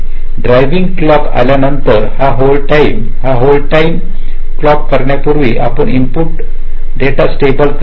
driving clock आल्यानंतर हा hold time हा होल्ड टाईम क्लॉक करण्यापूर्वी आपण इनपुट डेटा स्टेबल करायला